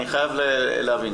אני חייב להבין.